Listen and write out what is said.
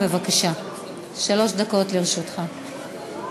בבקשה, שלוש דקות לרשותך.